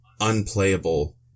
unplayable